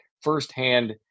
firsthand